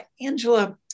Angela